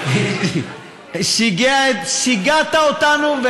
שיגעת אותנו.